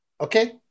okay